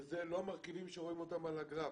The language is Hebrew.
ואלה לא מרכיבים שרואים אותם על הגרף,